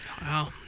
wow